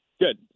Good